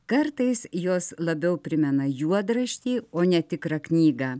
kartais jos labiau primena juodraštį o ne tikrą knygą